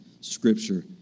scripture